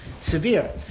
severe